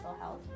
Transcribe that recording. health